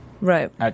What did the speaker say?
Right